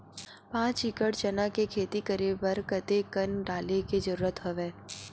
पांच एकड़ चना के खेती बर कते कन डाले के जरूरत हवय?